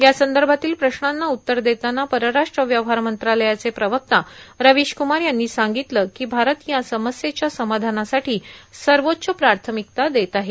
या संदर्भातील प्रश्नांना उत्तर देताना परराष्ट्र व्यवहार मंत्रालयाचे प्रवक्ता रविशकुमार यांनी सांगितलं की भारत या समस्येच्या समाधानासाठी सर्वोच्च प्राथमिकता देत आहे